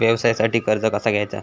व्यवसायासाठी कर्ज कसा घ्यायचा?